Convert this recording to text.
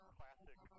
classic